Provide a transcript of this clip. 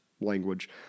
language